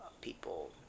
people